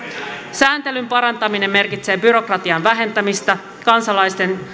sääntelyn parantaminen merkitsee byrokratian vähentämistä kansalaisten